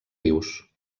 rius